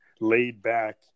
laid-back